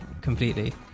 completely